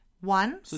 One